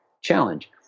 challenge